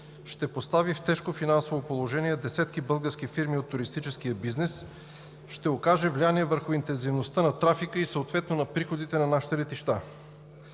ще постави в тежко финансово положение десетки български фирми от туристическия бизнес, ще окаже влияние върху интензивността на трафика и съответно на приходите на нашите летища.